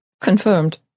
Confirmed